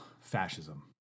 fascism